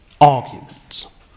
arguments